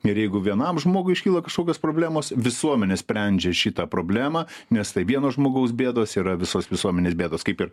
ir jeigu vienam žmogui iškyla kažkokios problemos visuomenė sprendžia šitą problemą nes tai vieno žmogaus bėdos yra visos visuomenės bėdos kaip ir